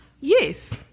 Yes